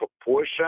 proportion